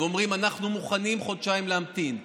ואומרים: אנחנו מוכנים להמתין חודשיים,